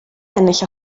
ennill